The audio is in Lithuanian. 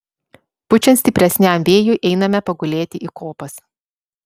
pučiant stipresniam vėjui einame pagulėti į kopas